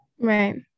Right